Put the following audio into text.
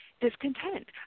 discontent